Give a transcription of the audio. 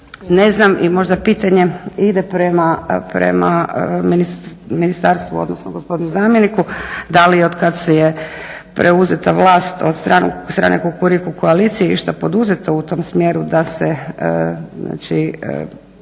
ne znam i možda pitanje ide prema ministarstvu odnosno gospodinu zamjeniku da li od kada je preuzeta vlast od strane Kukuriku koalicije išta poduzeto u tom smjeru da se